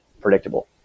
predictable